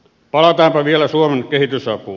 palataanpa vielä suomen kehitysapuun